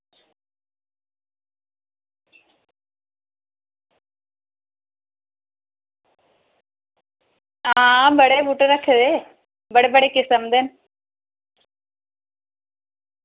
हां बड़े बूह्टे रक्खे दे बड़े बड़े किसम दे न